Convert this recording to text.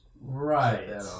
right